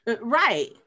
Right